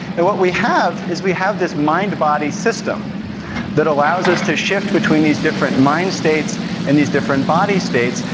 and what we have is we have this mind-body system that allows us to shift between these different mind states and these different body states,